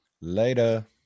Later